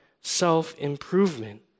self-improvement